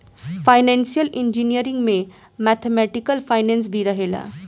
financial engineering में mathematical finance भी रहेला